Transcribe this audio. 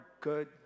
good